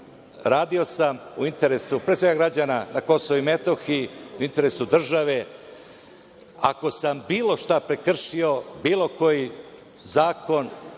radio sam u interesu pre svega građana na Kosovu i Metohiji, u interesu države. Ako sam bilo šta prekršio, bilo koji zakon,